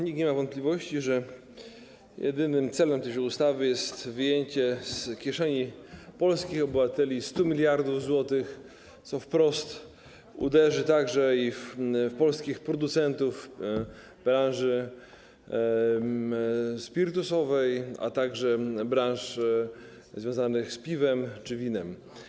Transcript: Nikt nie ma wątpliwości, że jedynym celem tej ustawy jest wyjęcie z kieszeni polskich obywateli 100 mld zł, co uderzy także bezpośrednio w polskich producentów branży spirytusowej, a także branż związanych z piwem czy winem.